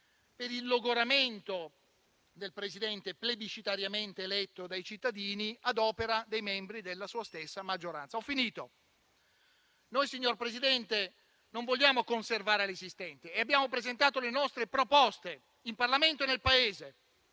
per il logoramento del Presidente plebiscitariamente eletto dai cittadini ad opera dei membri della sua stessa maggioranza. *(Richiami del Presidente).* Ho concluso, signor Presidente. Non vogliamo conservare l'esistente e abbiamo presentato le nostre proposte in Parlamento e nel Paese,